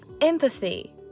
empathy